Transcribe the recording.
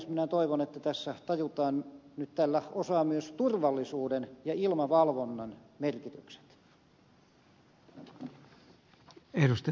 minä toivon että tässä tajutaan nyt tällä kertaa myös turvallisuuden ja ilmavalvonnan merkitykset